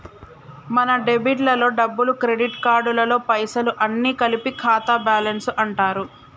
మన డెబిట్ లలో డబ్బులు క్రెడిట్ కార్డులలో పైసలు అన్ని కలిపి ఖాతా బ్యాలెన్స్ అంటారు